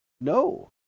No